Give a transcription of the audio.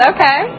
Okay